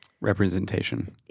Representation